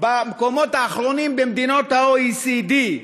במקומות האחרונים במדינות ה-OECD.